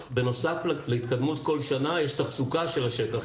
בנוסף להתקדמות בכל שנה יש תחזוקה של השטח,